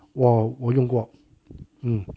我我用过嗯